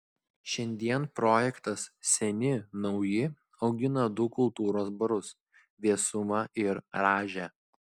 šiandien projektas seni nauji augina du kultūros barus vėsumą ir rąžę